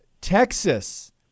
Texas